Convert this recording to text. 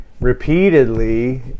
repeatedly